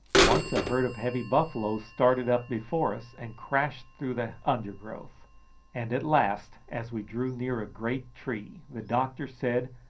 once a herd of heavy buffaloes started up before us and crashed through the undergrowth and at last, as we drew near a great tree, the doctor said,